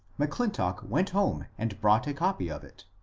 m'clintock went home and brought a copy of it.